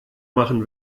machen